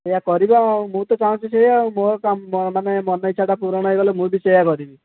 ଏଇଆ କରିବା ଆଉ ମୁଁ ତ ଚାହୁଁଛି ସେଇଆ ଆଉ ମୋର ମାନେ ମୋର ବି ଇଚ୍ଛା ଟା ପୂରଣ ହୋଇଗଲେ ମୁଁ ବି ସେଇଆ କରିବି